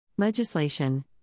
Legislation